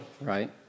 right